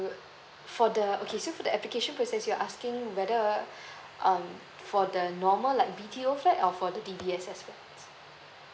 for the okay so for the application process you are asking whether um for the normal like B_T_O flats or for the D_B_S_S flats